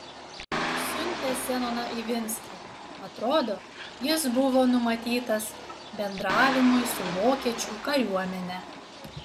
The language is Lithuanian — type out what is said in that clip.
tad siuntė zenoną ivinskį atrodo jis buvo numatytas bendravimui su vokiečių kariuomene